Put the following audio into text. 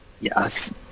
Yes